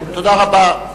תודה רבה.